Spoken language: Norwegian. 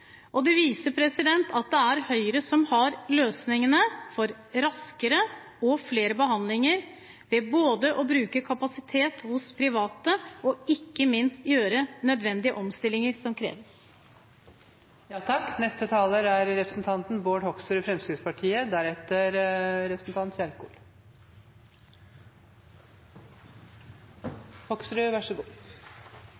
million. Dette viser at det er Høyre som har løsningene for raskere og flere behandlinger – ved både å bruke kapasitet hos private og, ikke minst, gjøre de nødvendige omstillinger som kreves.